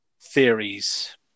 theories